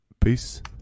Peace